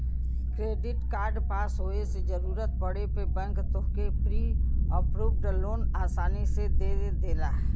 credit card पास होये से जरूरत पड़े पे बैंक तोहके प्री अप्रूव्ड लोन आसानी से दे देला